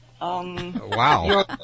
Wow